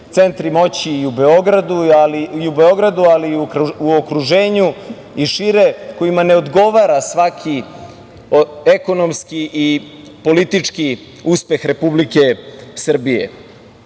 centri moći i u Beogradu, ali i u okruženju i šire kojima ne odgovara svaki ekonomski i politički uspeh Republike Srbije. Već